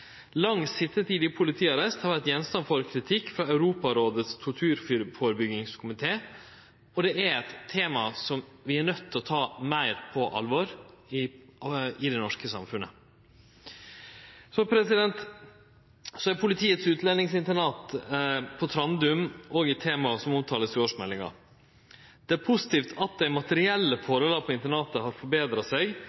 Lang sitjetid i politiarrest har vore gjenstand for kritikk frå Europarådets torturførebyggingskomité, og det er eit tema som vi er nøydde til å ta meir på alvor i det norske samfunnet. Politiets utlendingsinternat på Trandum er òg eit tema som vert omtalt i årsmeldinga. Det er positivt at dei materielle